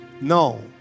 No